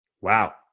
Wow